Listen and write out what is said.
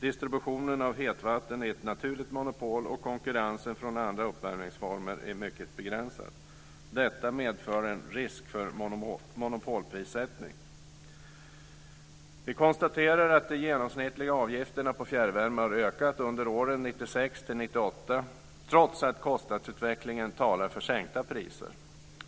Distributionen av hetvatten är ett naturligt monopol och konkurrensen från andra uppvärmningsformer är mycket begränsad. Detta medför en risk för monopolprissättning. Vi konstaterar att de genomsnittliga avgifterna på fjärrvärme har ökat under åren 1996-1998, trots att kostnadsutvecklingen talar för sänkta priser.